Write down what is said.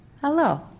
hello